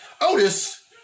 Otis